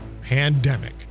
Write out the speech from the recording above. pandemic